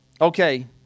okay